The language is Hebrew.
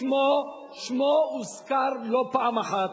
שמו הוזכר לא פעם אחת,